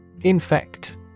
Infect